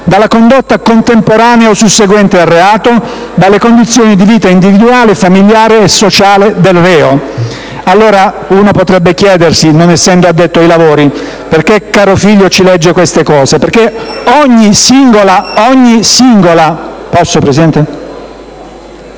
dalla condotta contemporanea o susseguente al reato; 4) dalle condizioni di vita individuale, familiare e sociale del reo». Allora, uno potrebbe chiedersi, non essendo addetto ai lavori: perché il senatore Carofiglio ci legge questo articolo? Perché ogni singola... *(Richiami del Presidente).*